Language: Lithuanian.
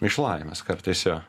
iš laimės kartais jo